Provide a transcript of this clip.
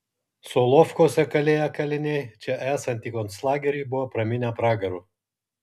solovkuose kalėję kaliniai čia esantį konclagerį buvo praminę pragaru